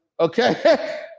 Okay